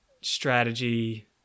strategy